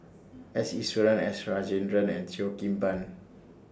S Iswaran S Rajendran and Cheo Kim Ban